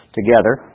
together